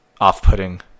off-putting